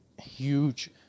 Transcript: huge